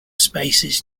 spaces